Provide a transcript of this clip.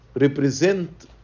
represent